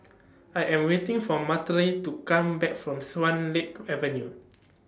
I Am waiting For to Come Back from Swan Lake Avenue